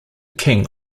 king